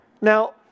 Now